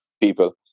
people